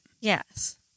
Yes